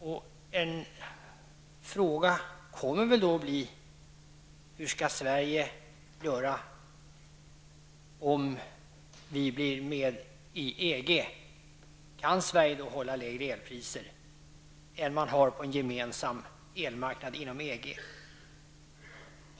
En fråga blir då hur Sverige skall göra om Sverige går med i EG. Kan Sverige då hålla lägre elpriser än vad det är på en gemensam elmarknad inom EG?